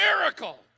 miracle